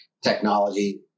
technology